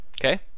okay